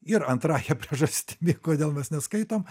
ir antrąja priežastimi kodėl mes neskaitom